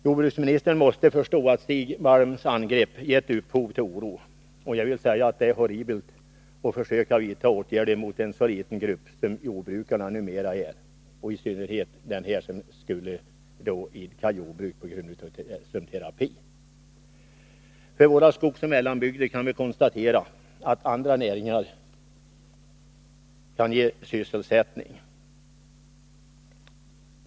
Jordbruksministern måste förstå att Stig Malms angrepp givit upphov till oro. Jag vill säga att det är horribelt att försöka vidta åtgärder mot en så liten grupp som jordbrukarna numera är — i synnerhet den grupp som skulle ”idka jordbruk som terapi”. För våra skogsoch mellanbygder kan vi konstatera att andra näringar kan ge sysselsättning.